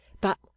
But